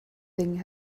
thing